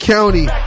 County